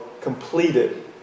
Completed